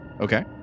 Okay